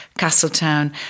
Castletown